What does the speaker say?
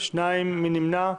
2 נמנעים,